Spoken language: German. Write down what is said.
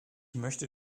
möchte